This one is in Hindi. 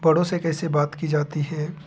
बड़ों से कैसे बात की जाती है